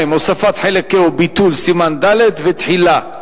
הוספת חלק ה' וביטול סימן ד' ותחילה.